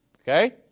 Okay